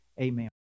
Amen